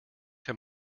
him